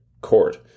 court